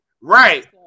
right